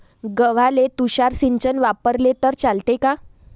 गव्हाले तुषार सिंचन वापरले तर चालते का?